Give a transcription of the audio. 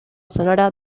sonora